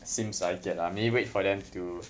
seems like it ah I mean wait for them to